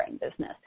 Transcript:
business